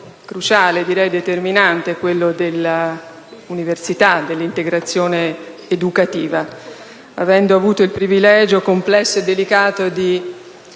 cruciale, direi determinante - quello dell'università e dell'integrazione educativa -avendo avuto il privilegio complesso e delicato di